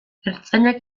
ertzainak